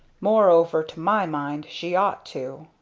moreover to my mind she ought to.